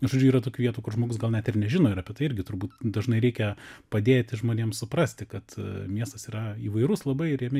žodžiu yra tokių vietų kur žmogus gal net ir nežino ir apie tai irgi turbūt dažnai reikia padėti žmonėms suprasti kad miestas yra įvairus labai ir jame